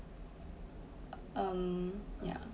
um yeah